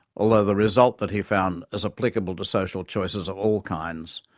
although the result that he found is applicable to social choices of all kinds,